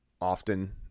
often